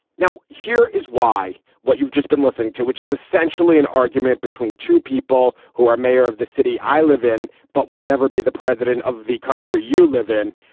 now here is why. what you've just been listening to which is essentially an argument between two people who are mayor of the city i live in but will never be the president of the country you live in.